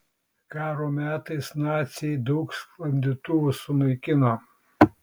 karo metais naciai daug sklandytuvų sunaikino